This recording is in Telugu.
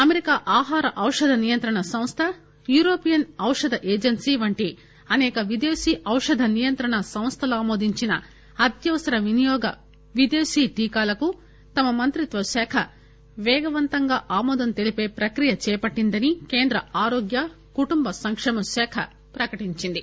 అమెరికా ఆహార ఔషద నియంత్రణ సంస్థ యురోపియన్ ఔషద ఏజెన్సీ వంటి అసేక విదేశీ ఔషద నియంత్రణ సంస్థలు ఆమోదించిన అత్యవసర వినియోగ విదేశీ టీకాలకు తమ మంత్రిత్వశాఖ పేగవంతంగా ఆమోదం తెలిపే ప్రక్రియ చేపట్టిందని కేంద్ర ఆరోగ్య కుటుంబ సంకేమశాఖ ప్రకటించింది